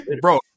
Bro